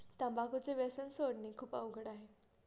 तंबाखूचे व्यसन सोडणे खूप अवघड आहे